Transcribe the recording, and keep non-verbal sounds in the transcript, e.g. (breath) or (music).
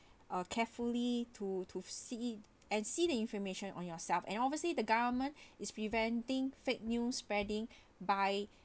uh carefully to to see and see the information on yourself and obviously the government (breath) is preventing fake news spreading (breath) by